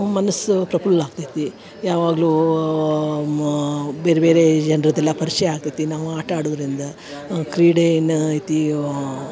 ಮನಸ್ಸು ಪ್ರಫುಲ್ಲ ಆಗ್ತೈತಿ ಯಾವಾಗಲು ಮ್ ಬೇರ್ಬೇರೆ ಈ ಜನ್ರುದೆಲ್ಲ ಪರಿಚಯ ಆಗ್ತೈತಿ ನಾವು ಆಟ ಆಡುದರಿಂದ ಕ್ರೀಡೆ ಏನೈತಿ